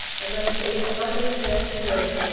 and that his age neither impaired his hearing,